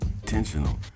intentional